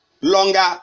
longer